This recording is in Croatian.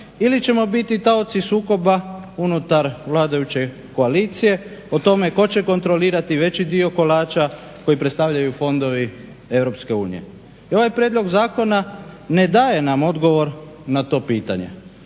ili ćemo biti taoci sukoba unutar vladajuće koalicije o tome tko će kontrolirati veći dio kolača koji predstavljaju fondovi Europske unije. I ovaj prijedlog zakona ne daje nam odgovor na to pitanje.